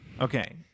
Okay